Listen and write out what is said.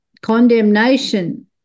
condemnation